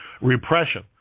Repression